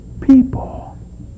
people